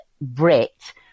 brit